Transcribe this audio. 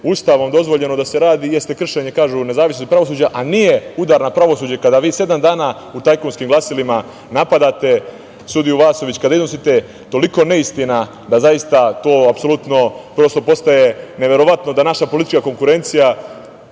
Ustavom dozvoljeno da se radi, jeste kršenje nezavisnosti pravosuđa, a nije udar na pravosuđe kada vi sedam dana u tajkunskim glasilima napadate sudiju Vasović, kada iznosite toliko neistina da zaista to apsolutno prosto postaje neverovatno da naša politička konkurencija